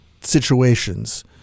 situations